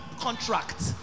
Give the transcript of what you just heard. contract